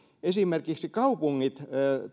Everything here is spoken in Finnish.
esimerkiksi kaupunkien